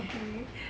okay